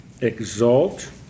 exalt